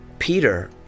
Peter